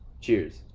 Cheers